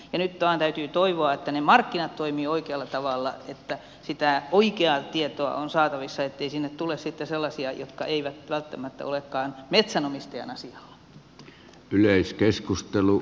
nyt vaan täytyy toivoa että ne markkinat toimivat oikealla tavalla että sitä oikeaa tietoa on saatavissa ettei sinne tule sitten sellaisia jotka eivät välttämättä olekaan metsänomistajan asialla